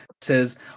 says